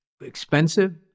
expensive